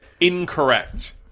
Incorrect